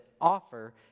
offer